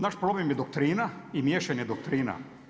Naš problem je doktrina i miješanje doktrina.